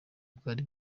bwari